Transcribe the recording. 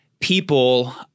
people